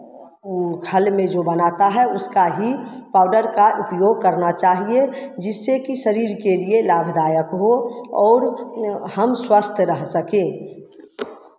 ऊखल में जो बनाता है उसका ही पाउडर का उपयोग करना चाहिए जिससे कि शरीर के लिए लाभदायक हो और हम स्वस्थ रह सकें